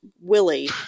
Willie